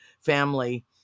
family